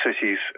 cities